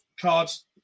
cards